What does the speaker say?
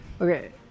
Okay